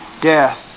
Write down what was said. Death